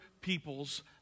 people's